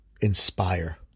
inspire